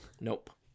Nope